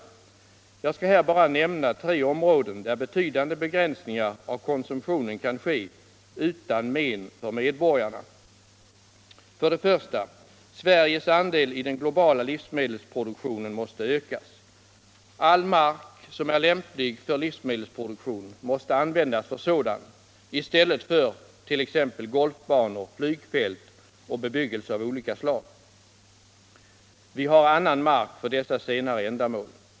Jag skall här bara nämna tre områden där betydande begränsningar av konsumtionen kan ske utan men för medborgarna: 1. Sveriges andel i den globala livsmedelsproduktionen måste ökas. All mark som är lämplig för livsmedelsproduktion måste användas för sådan i stället för t.ex. golfbanor, flygfält och bebyggelse av olika slag. Vi har annan mark för dessa senare ändamål.